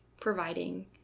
providing